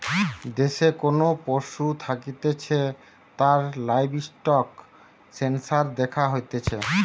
দেশে কোন পশু থাকতিছে তার লাইভস্টক সেনসাস দ্যাখা হতিছে